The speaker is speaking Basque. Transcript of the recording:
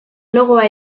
logoa